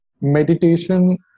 meditation